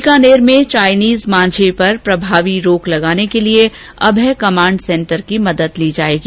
बीकानेर में चाइनीज मांझे पर प्रभावी रोक लगाने के लिए अभय कमांड सेंटर की भी मदद ली जाएगी